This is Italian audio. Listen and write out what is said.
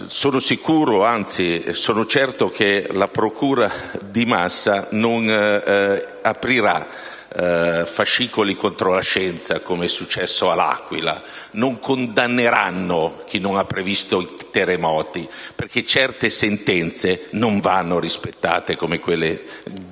considerazione. Sono sicuro che la procura di Massa non aprirà fascicoli contro la scienza, come è accaduto all'Aquila, non si condannerà chi non ha previsto i terremoti, perché certe sentenze non vanno rispettate, come quella